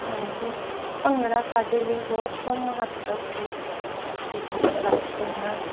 ਹਾਂਜੀ ਭੰਗੜਾ ਸਾਡੇ ਲਈ ਬਹੁਤ ਮਹੱਤਵਪੂਰਨ ਵਿੱਚ ਰੱਖਦੇ ਹਾਂ